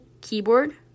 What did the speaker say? keyboard